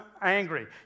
angry